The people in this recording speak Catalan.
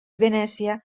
venècia